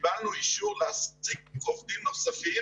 קיבלנו אישור להעסיק עובדים נוספים.